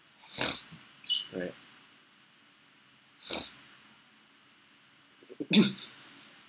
correct